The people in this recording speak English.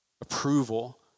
Approval